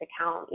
account